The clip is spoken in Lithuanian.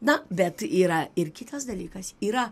na bet yra ir kitas dalykas yra